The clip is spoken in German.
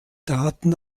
daten